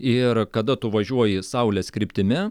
ir kada tu važiuoji saulės kryptimi